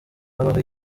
habaho